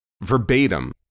verbatim